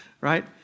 right